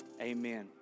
amen